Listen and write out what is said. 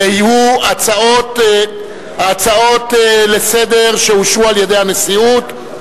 ויהיו הצעות לסדר-היום שאושרו על-ידי הנשיאות.